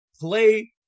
play